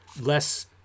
less